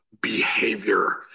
behavior